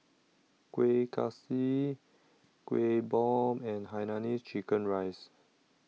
Kuih Kaswi Kueh Bom and Hainanese Chicken Rice